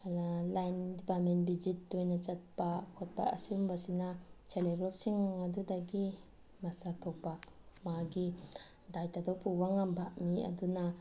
line department visit ꯇꯣꯏꯅ ꯆꯠꯄ ꯈꯣꯠꯄ ꯑꯁꯤꯒꯨꯝꯕꯁꯤꯅ ꯁꯦꯜꯐ ꯍꯦꯜꯞ ꯒ꯭ꯔꯨꯞꯁꯤꯡ ꯑꯗꯨꯗꯒꯤ ꯃꯁꯛ ꯊꯣꯛꯄ ꯃꯥꯒꯤ ꯗꯥꯏꯇꯗꯣ ꯄꯨꯕ ꯉꯝꯕ ꯃꯤ ꯑꯗꯨꯅ